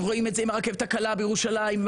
אנחנו רואים את זה עם הרכבת הקלה בירושלים; עם